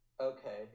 Okay